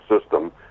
system